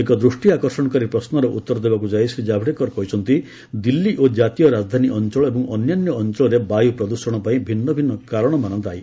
ଏକ ଦୃଷ୍ଟି ଆକର୍ଷଣକାରୀ ପ୍ରଶ୍ୱର ଉତ୍ତର ଦେବାକୁ ଯାଇ ଶ୍ରୀ ଜାଭଡେକର କହିଛନ୍ତି ଦିଲ୍ଲୀ ଓ ଜାତୀୟ ରାଜଧାନୀ ଅଞ୍ଚଳ ଏବଂ ଅନ୍ୟାନ୍ୟ ଅଞ୍ଚଳରେ ବାୟୁ ପ୍ରଦୃଷଣ ପାଇଁ ଭିନ୍ନ ଭିନ୍ନ କାରଣମାନ ଦାୟୀ